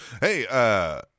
Hey